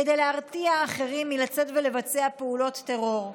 כדי להרתיע אחרים מלצאת ולבצע פעולות טרור,